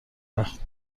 وقت